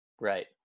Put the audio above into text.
right